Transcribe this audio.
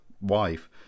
wife